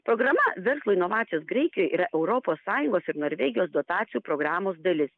programa verslo inovacijos graikijoj yra europos sąjungos ir norvegijos dotacijų programos dalis